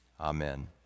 Amen